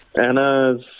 Anna's